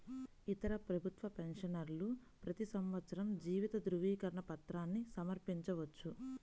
ఇతర ప్రభుత్వ పెన్షనర్లు ప్రతి సంవత్సరం జీవిత ధృవీకరణ పత్రాన్ని సమర్పించవచ్చు